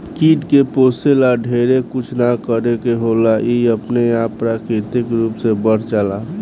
कीट के पोसे ला ढेरे कुछ ना करे के होला इ अपने आप प्राकृतिक रूप से बढ़ जाला